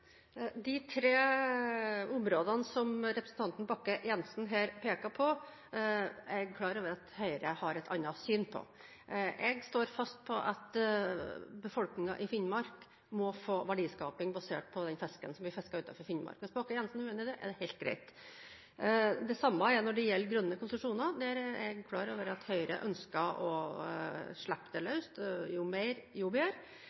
klar over at Høyre har et annet syn på. Jeg står fast på at befolkningen i Finnmark må få verdiskaping basert på den fisken som blir fisket utenfor Finnmark. Hvis Bakke-Jensen er uenig i det, er det helt greit. Det samme gjelder grønne konsesjoner. Der er jeg klar over at Høyre ønsker å slippe det